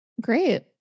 Great